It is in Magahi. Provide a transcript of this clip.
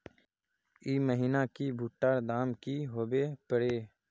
ई महीना की भुट्टा र दाम की होबे परे?